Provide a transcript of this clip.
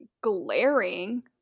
glaring